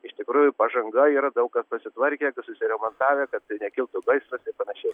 iš tikrųjų pažanga yra daug ką pasitvarkę susiremontavę kad tai nekiltų gaisras ir panašiai